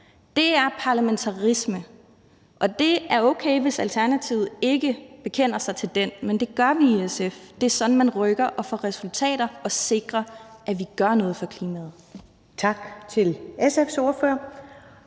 Det er parlamentarisme, og det er okay, hvis Alternativet ikke bekender sig til den, men det gør vi i SF. Det er sådan, man rykker og får resultater og sikrer, at vi gør noget for klimaet. Kl. 20:02 Første